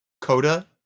Coda